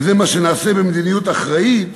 וזה מה שנעשה במדיניות אחראית.